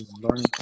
learning